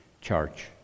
church